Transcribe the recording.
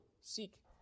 seek